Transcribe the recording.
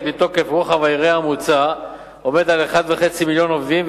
מתוקף רוחב היריעה המוצע עומד על כ-1.5 מיליון עובדים,